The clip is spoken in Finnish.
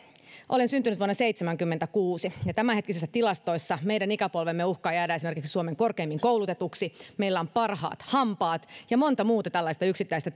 olen syntynyt vuonna seitsemänkymmentäkuusi ja tämänhetkisissä tilastoissa meidän ikäpolvemme esimerkiksi uhkaa jäädä suomen korkeimmin koulutetuksi meillä on parhaat hampaat ja monta muuta tällaista yksittäistä